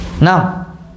Now